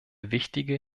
wichtige